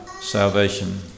salvation